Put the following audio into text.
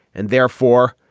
and therefore,